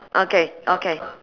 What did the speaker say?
okay okay